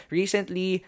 Recently